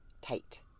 tight